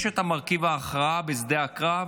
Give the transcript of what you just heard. יש את מרכיב ההכרעה בשדה הקרב,